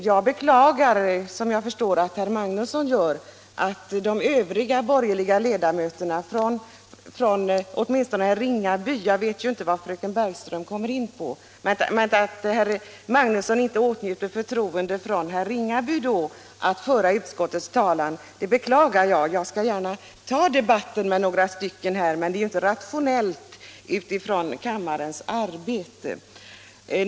Jag beklagar, såsom jag förstår att också herr Magnusson gör, att herr Magnusson inte åtnjuter förtroende från de övriga borgerliga ledamöterna — åtminstone inte från herr Ringaby; jag vet ju inte vad fröken Bergström kommer in på —- när det gäller att föra utskottets talan. Jag skall gärna ta debatten med några olika ledamöter, men det är inte rationellt för kammarens arbete.